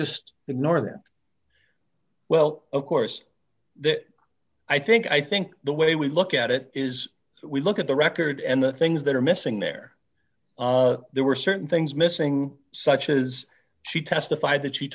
just ignore that well of course that i think i think the way we look at it is we look at the record and the things that are missing there there were certain things missing such as she testified that she